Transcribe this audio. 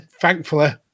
thankfully